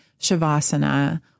shavasana